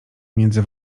między